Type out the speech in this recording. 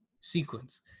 sequence